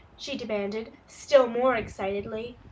she demanded, still more excitedly.